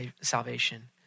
salvation